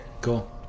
cool